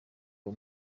uwo